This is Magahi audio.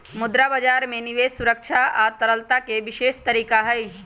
मुद्रा बजार में निवेश सुरक्षा आ तरलता के विशेष तरीका हई